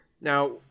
Now